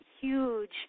huge